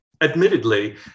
admittedly